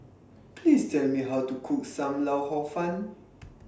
Please Tell Me How to Cook SAM Lau Hor Fun